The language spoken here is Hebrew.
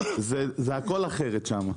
הכל אחרת שם.